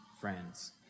friends